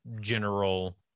general